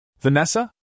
Vanessa